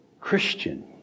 Christian